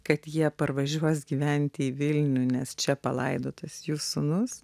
kad jie parvažiuos gyventi į vilnių nes čia palaidotas jų sūnus